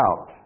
out